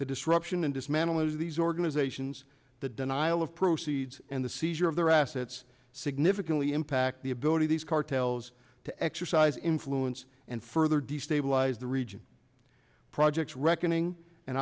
the disruption and dismantling of these organizations the denial of proceeds and the seizure of their assets significantly impact the ability these cartels to exercise influence and further destabilize the region projects reckoning and